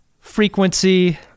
frequency